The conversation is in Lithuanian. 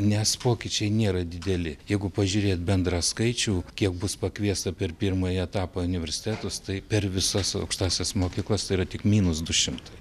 nes pokyčiai nėra dideli jeigu pažiūrėt bendrą skaičių kiek bus pakviesta per pirmąjį etapą į universitetus tai per visas aukštąsias mokyklas tai yra tik minus du šimtai